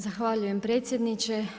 Zahvaljujem predsjedniče.